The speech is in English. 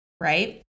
right